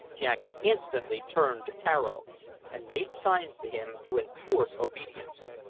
jack instantly turned to tararo and made signs to him to enforce obedience.